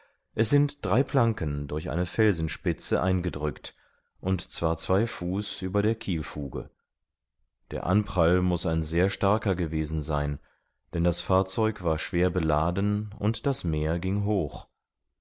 es sind drei planken durch eine felsenspitze eingedrückt und zwar zwei fuß über der kielfuge der anprall muß ein sehr starker gewesen sein denn das fahrzeug war schwer beladen und das meer ging hoch